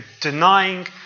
Denying